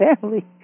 family